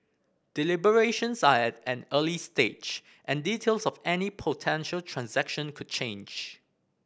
deliberations are at an early stage and details of any potential transaction could change